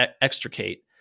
extricate